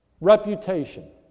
reputation